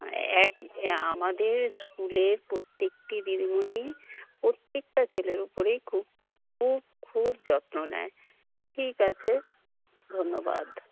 এক আমাদের স্কুলের প্রত্যেকটি দিদিমনি প্রত্যেকটা ছেলের উপরেই খুব খুব খুব যত্ন নেয় ঠিক আছে ধন্যবাদ